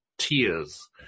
tears